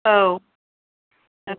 औ